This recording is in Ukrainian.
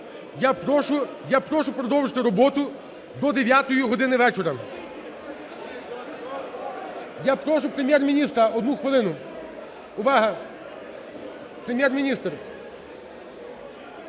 Я прошу продовжити роботу до 9-ї години вечора. Я прошу Прем'єр-міністра одну хвилину. Увага, Прем'єр-міністр!